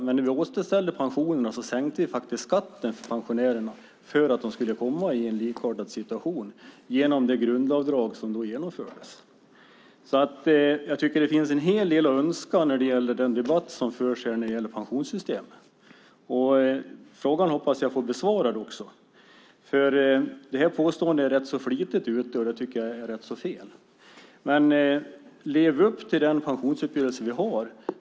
Men när vi återställde pensionerna sänkte vi skatten för pensionärerna för att de skulle komma i en med löntagare likartad situation genom det grundavdrag som då genomfördes. Jag tycker att det finns en hel del att önska när det gäller den debatt som förs i fråga om pensionssystemet. Jag hoppas få frågan besvarad. Påståendet används flitigt, och det är fel. Lev upp till den pensionsuppgörelse vi har!